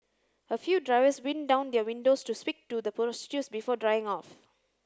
a few drivers wind down their windows to speak to the prostitutes before driving off